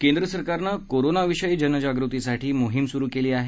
केंद्र सरकारनं कोरोनाविषयी जागृतीसाठी मोहीम सुरु केली आहे